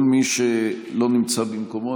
כל מי שלא נמצא במקומו,